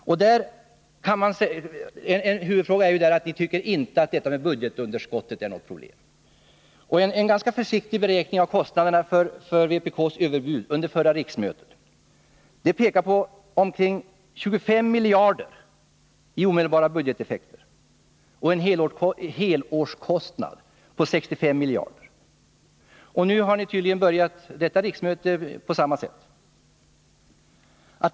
En huvudpunkt är ju att ni inte tycker att detta med budgetunderskottet är något problem. En ganska försiktig beräkning av kostnaderna för vpk:s överbud under förra riksmötet visar på omkring 25 miljarder i omedelbara budgeteffekter och en helårskostnad på 65 miljarder. Nu har ni tydligen börjat detta riksmöte på samma sätt.